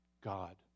god